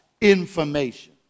information